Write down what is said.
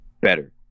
better